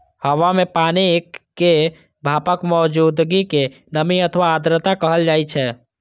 हवा मे पानिक भापक मौजूदगी कें नमी अथवा आर्द्रता कहल जाइ छै